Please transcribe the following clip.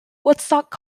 woodstock